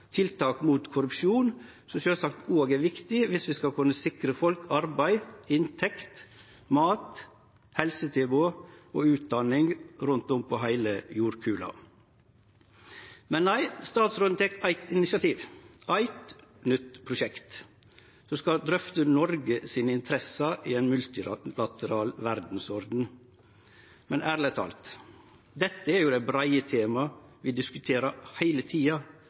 tiltak mot korrupsjon, som sjølvsagt òg er viktig viss vi skal kunne sikre folk arbeid, inntekt, mat, helsetilbod og utdanning rundt om på heile jordkula. Men nei, utanriksministeren tek eitt initiativ – eitt nytt prosjekt. Ho skal drøfte Noregs interesser i ein multilateral verdsorden. Ærleg tala: Dette er jo det breie temaet vi diskuterer heile tida.